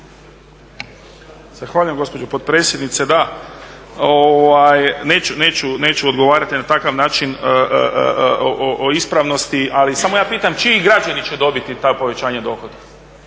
Zahvaljujem gospođo potpredsjednice. Da, neću odgovarati na takav način o ispravnosti, ali samo ja pitam čiji građani će dobiti ta povećanja dohotka?